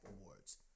Awards